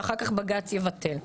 ואחר כך בג"ץ יבטל אותו.